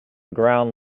ground